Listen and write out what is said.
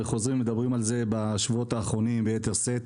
וחוזרים ומדברים על זה בשבועות האחרונים ביתר שאת.